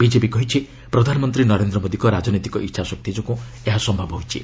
BJP କହିଛି ପ୍ରଧାନମନ୍ତ୍ରୀ ନରେନ୍ଦ୍ର ମୋଦିଙ୍କ ରାଜନୈତିକ ଇଚ୍ଛାଶକ୍ତି ଯୋଗୁଁ ଏହା ସମ୍ଭବ ହୋଇଛି